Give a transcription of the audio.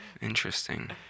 Interesting